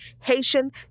Haitian